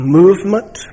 movement